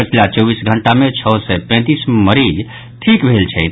पछिला चौबीस घंटा मे छओ सय पैंतीस मरीज ठीक भेल छथि